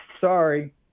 Sorry